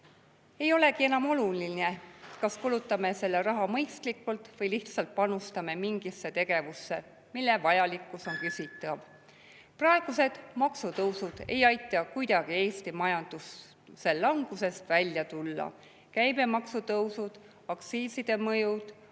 Ei olegi enam oluline, kas kulutame selle raha mõistlikult või lihtsalt panustame mingisse tegevusse, mille vajalikkus on küsitav. Praegused maksutõusud ei aita kuidagi Eesti majandusel langusest välja tulla. Käibemaksutõusude ja aktsiiside mõju